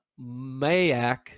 Mayak